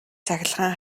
цахилгаан